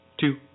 two